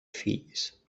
fills